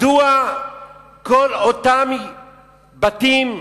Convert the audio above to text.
מדוע כל אותם בתים,